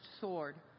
sword